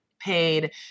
paid